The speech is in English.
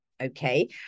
okay